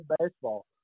baseball